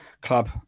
club